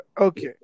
Okay